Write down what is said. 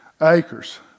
acres